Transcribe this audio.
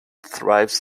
thrives